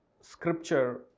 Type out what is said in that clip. Scripture